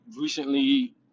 Recently